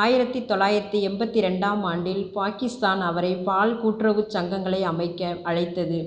ஆயிரத்து தொள்ளாயிரத்து எண்பத்து இரண்டாம் ஆண்டில் பாகிஸ்தான் அவரை பால் கூட்டுறவுச் சங்கங்களை அமைக்க அழைத்தது